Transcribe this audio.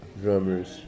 drummers